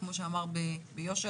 כמו שאמר ביושר,